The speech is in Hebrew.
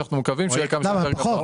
שאנחנו מקווים שיהיה כמה שיותר גבוה.